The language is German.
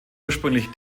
ursprünglich